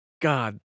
god